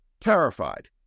terrified